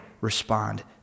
respond